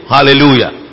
Hallelujah